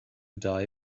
die